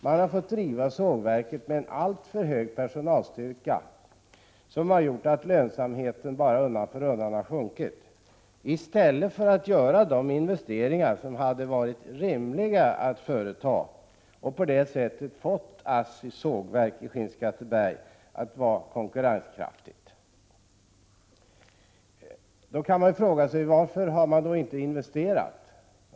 Man har fått driva sågverket med en alltför hög personalstyrka, vilket har gjort att lönsamheten undan för undan har sjunkit, i stället för att göra de investeringar som hade varit rimliga och som skulle ha gjort ASSI:s sågverk i Skinnskatteberg konkurrenskraftigt. Varför har man då inte investerat?